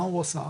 מה הוא עשה?